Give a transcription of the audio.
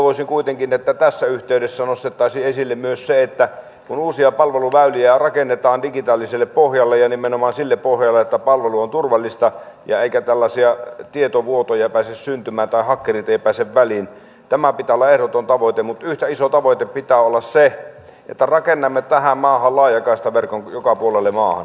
toivoisin kuitenkin että tässä yhteydessä nostettaisiin esille myös se että kun uusia palveluväyliä rakennetaan digitaaliselle pohjalle niin sen että rakennetaan nimenomaan sille pohjalle että palvelu on turvallista eikä tällaisia tietovuotoja pääse syntymään eivätkä hakkerit pääse väliin pitää olla ehdoton tavoite mutta yhtä iso tavoite pitää olla sen että rakennamme tähän maahan laajakaistaverkon joka puolelle maahan